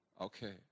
Okay